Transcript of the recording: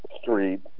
street